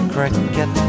Cricket